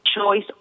choice